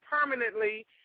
permanently